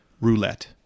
roulette